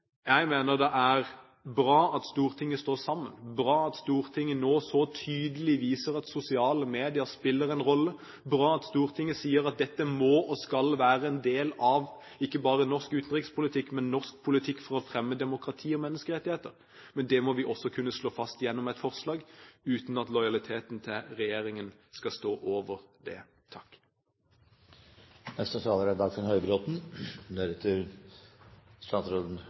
Jeg mener det er bra at Stortinget står sammen, bra at Stortinget nå så tydelig viser at sosiale medier spiller en rolle, bra at Stortinget sier at dette må og skal være en del av ikke bare norsk utenrikspolitikk, men norsk politikk for å fremme demokrati og menneskerettigheter. Men det må vi også kunne slå fast gjennom et forslag, uten at lojaliteten til regjeringen skal stå over det.